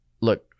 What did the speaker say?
look